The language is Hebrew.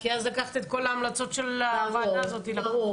כי אז לקחת את כל ההמלצות של הוועדה הזאת --- ברור,